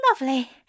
lovely